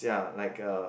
ya like a